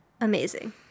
amazing